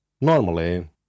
Normally